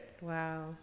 Wow